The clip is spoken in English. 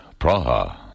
Praha